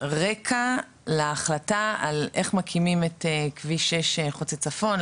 את הרקע להחלטה על איך מקימים את כביש 6 חוצה צפון,